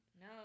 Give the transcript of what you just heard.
No